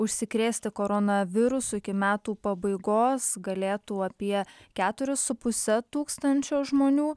užsikrėsti koronavirusu iki metų pabaigos galėtų apie keturis su puse tūkstančio žmonių